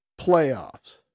playoffs